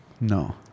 no